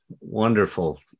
wonderful